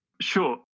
Sure